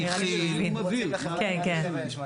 אני יכולה להתייחס.